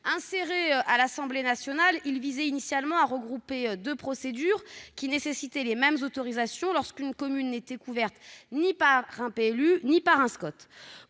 par l'Assemblée nationale, il visait initialement à regrouper deux procédures qui nécessitaient les mêmes autorisations, lorsqu'une commune n'était couverte ni par un PLU ni par un SCOT.